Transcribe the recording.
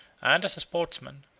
and as a sportsman,